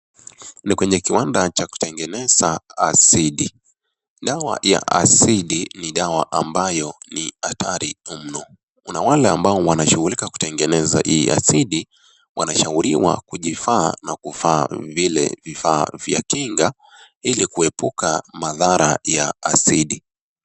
Ni kwenye kiwanda cha kutengeneza asidi . Dawa ya asidi ni dawa ambayo ni hatari mno. Kuna wale ambao wanashughulika kutengeneza hii asidi wanashauriwa kujivaa na kuvaa vile vifaa vya kinga ili kuepuka madhara ya asidi .